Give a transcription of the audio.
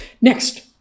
Next